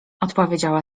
odpowiedziała